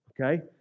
Okay